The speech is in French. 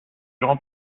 jean